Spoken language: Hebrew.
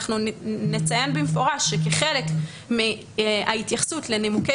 אנחנו נציין במפורש שכחלק מההתייחסות לנימוקי